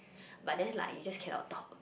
but then like you just cannot talk